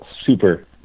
super